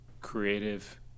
creative